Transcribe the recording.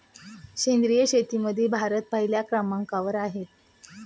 सेंद्रिय शेतीमध्ये भारत पहिल्या क्रमांकावर आहे